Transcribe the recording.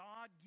God